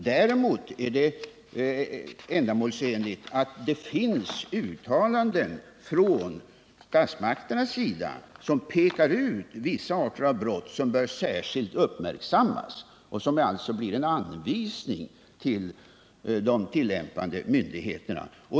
Däremot är det ändamålsenligt att det finns uttalanden från statsmakternas sida, som pekar ut vissa arter av brott, som bör särskilt uppmärksammas, och som alltså blir en anvisning till de tillämpande myndigheterna.